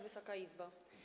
Wysoka Izbo!